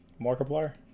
Markiplier